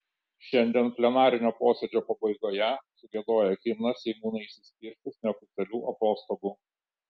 šiandien plenarinio posėdžio pabaigoje sugiedoję himną seimūnai išsiskirstys neoficialių atostogų